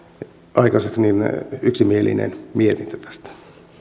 aikaiseksi yksimielisen mietinnön tästä